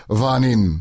vanin